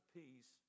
peace